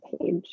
page